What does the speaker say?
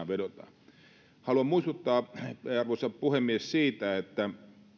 vedotaan haluan muistuttaa arvoisa puhemies siitä että